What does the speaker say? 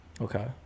okay